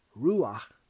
ruach